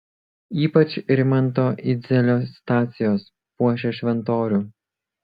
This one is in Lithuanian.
ypač rimanto idzelio stacijos puošia šventorių